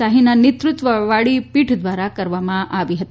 સાહીના નેતૃત્વવાળી પીઠ દ્વારા કરવામાં આવી હતી